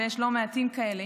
ויש לא מעטים כאלה,